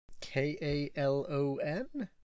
K-A-L-O-N